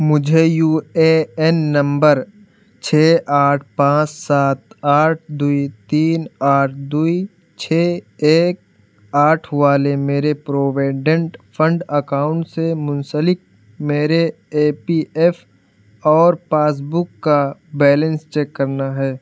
مجھے U A N number چھ آٹھ پانچ سات آٹھ دو تین آٹھ دو چھ ایک آٹھ والے میرے پروویڈنٹ فنڈ اکاؤنٹ سے منسلک میرے اے پی ایف اور پاس بک کا بیلنس چیک کرنا ہے